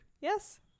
yes